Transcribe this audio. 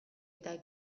eta